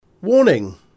Warning